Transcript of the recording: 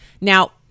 Now